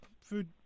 Food